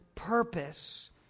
purpose